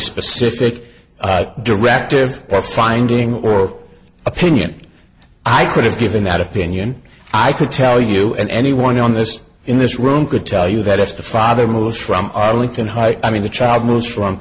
specific directive or finding or opinion i could have given that opinion i could tell you and anyone on this in this room could tell you that if the father moves from arlington high i mean the child moves from